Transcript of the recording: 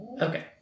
Okay